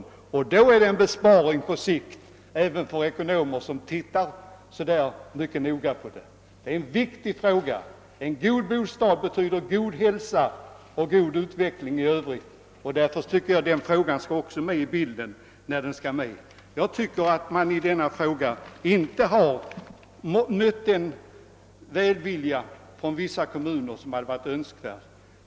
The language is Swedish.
Detta skulle innebära en besparing på sikt, som kan framstå som befogad även för ekonomer, vilka mycket noga granskar dessa frågor. Det gäller en viktig fråga. En god bostad betyder god hälsa och goda förutsättningar i övrigt. även denna aspekt skall med i bilden. Vissa kommuner har enligt min mening inte visat en sådan välvilja som hade varit önskvärd i detta sammanhang.